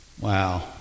Wow